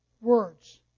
Words